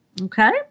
okay